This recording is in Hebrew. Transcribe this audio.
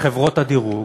לחברות הדירוג,